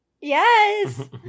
Yes